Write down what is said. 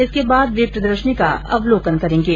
इसके बाद वे प्रदर्शनी का अवलोकन करेंगे